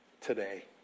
today